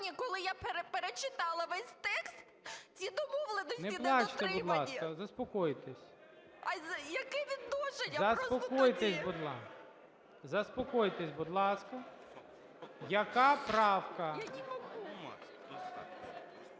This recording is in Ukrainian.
Я не могу…